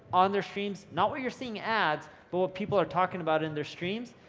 on their streams. not what you're seeing ads, but what people are talking about in their streams,